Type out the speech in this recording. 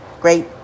great